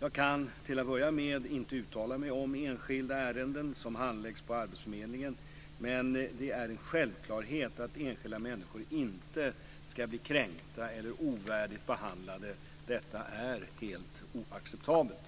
Jag kan till att börja med inte uttala mig om enskilda ärenden som handläggs på arbetsförmedlingen, men det är en självklarhet att enskilda människor inte ska bli kränkta eller ovärdigt behandlade. Detta är helt oacceptabelt.